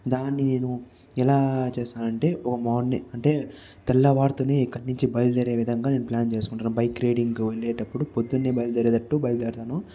దాన్ని నేను ఎలా చేస్తా అంటే ఓ మార్నింగ్ అంటే తెల్లవారితోనే ఇక్కది నుంచి బయలుదేరే విధంగా నేను ప్లాన్ చేసుకుంటారు బైక్ రైడింగ్ వెళ్ళేటప్పుడు పొద్దున్నే బయలుదేరేటట్టు బయలుదేరుతాను